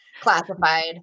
classified